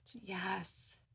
yes